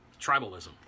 Tribalism